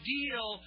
deal